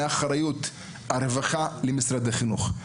האחריות עליהם ממשרד הרווחה למשרד החינוך.